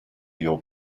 your